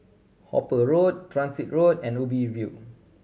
Hooper Road Transit Road and Ubi View